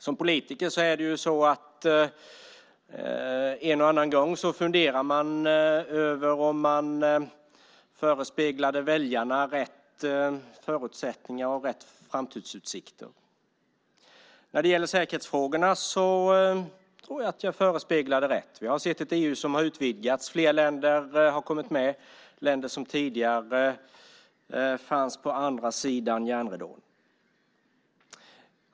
Som politiker funderar man en och annan gång över om man förespeglade väljarna rätt förutsättningar och rätt framtidsutsikter. När det gäller säkerhetsfrågorna tror jag att jag förespeglade rätt. Vi har sett ett EU som har utvecklats. Flera länder har kommit med, länder som tidigare fanns på andra sidan järnridån.